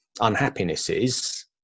unhappinesses